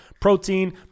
protein